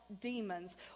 demons